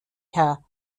herr